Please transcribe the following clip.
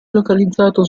localizzato